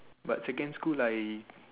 but second school like